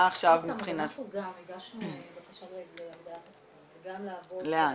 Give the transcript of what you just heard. מה עכשיו מבחינת -- אנחנו גם הגשנו בקשה להגדלת תקציב וגם -- לאן?